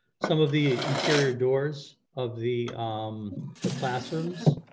some of the interior doors of the um the classrooms